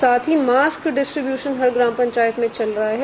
साथ ही mask distribution हर ग्राम पंचायत में चल रहा है